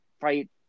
fight